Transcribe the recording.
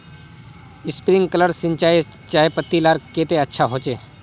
Sprinkler सिंचाई चयपत्ति लार केते अच्छा होचए?